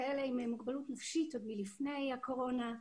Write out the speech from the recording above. כאלה עם מוגבלות נפשית מלפני הקורונה,